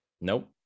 Nope